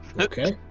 Okay